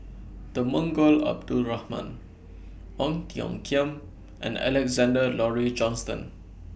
Temenggong Abdul Rahman Ong Tiong Khiam and Alexander Laurie Johnston